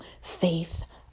faith